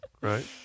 right